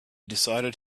decided